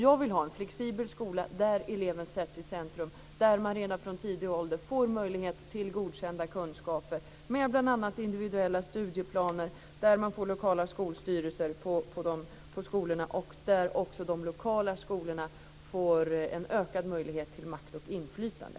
Jag vill ha en flexibel skola, där eleven sätts i centrum och redan från tidig ålder får möjlighet till godkända kunskaper, med bl.a. individuella studieplaner, lokala skolstyrelser och ökad möjlighet för de lokala skolorna till makt och inflytande.